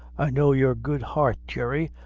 i know your good heart, jerry,